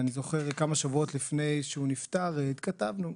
אני זוכר שכמה שבועות לפני שהוא נפטר התכתבנו,